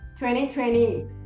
2020